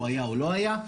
אם הוא היה או לא היה.